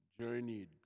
journeyed